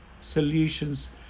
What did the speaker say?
solutions